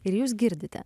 ir jūs girdite